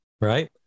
Right